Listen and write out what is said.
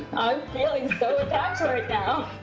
feeling so attacked right now.